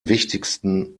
wichtigsten